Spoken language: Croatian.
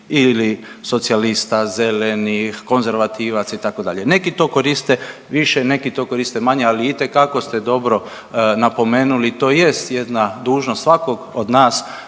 ili socijalista, zelenih, konzervativaca itd. neki to koriste više, neki to koriste manje, ali itekako ste dobro napomenuli to jest jedna dužnost svakog od nas